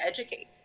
educate